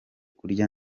kurya